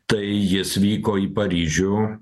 tai jis vyko į paryžių